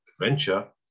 adventure